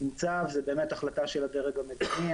זאת בהחלט החלטה של הדרג המדיני.